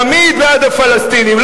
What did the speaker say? תמיד בעד הפלסטינים,